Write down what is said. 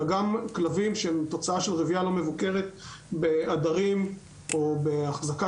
אלא גם כלבים שהם תוצאה של רבייה לא מבוקרת בעדרים או בהחזקה